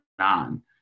on